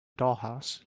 dollhouse